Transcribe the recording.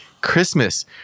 Christmas